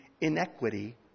inequity